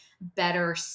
better